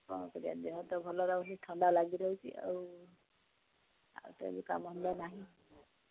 କ'ଣ କରିବା ଦେହ ତ ଭଲ ରହୁନି ଥଣ୍ଡା ଲାଗି ରହୁଛି ଆଉ ଆଉ ସେ କାମ ଧନ୍ଦା ନାହିଁ